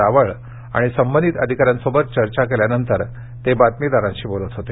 रावळ आणि संबंधित अधिकाऱ्यांशी चर्चा केल्यानंतर ते माध्यमांशी बोलत होते